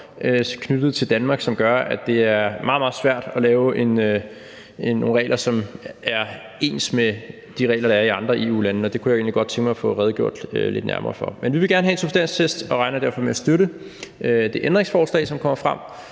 knyttet til Danmark, som gør, at det er meget, meget svært at lave nogle regler, som er ens med de regler, der er i andre EU-lande. Og det kunne jeg egentlig godt tænke mig at få redegjort lidt nærmere for. Men vi vil gerne have en substanstest, og vi regner derfor med at støtte det ændringsforslag, som kommer frem.